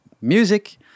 music